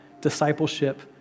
discipleship